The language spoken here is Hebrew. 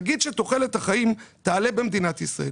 נגיד שתוחלת החיים תעלה במדינת ישראל.